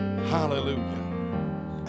Hallelujah